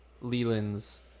Leland's